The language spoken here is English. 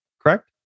correct